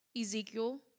Ezekiel